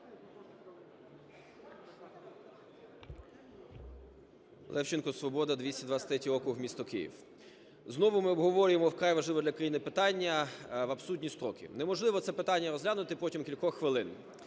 Левченко, "Свобода", 223 округ, місто Київ. Знову ми обговорюємо вкрай важливе для країни питання в абсурдні строки. Не можливо це питання розглянути протягом кількох хвилин.